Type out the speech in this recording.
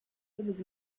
was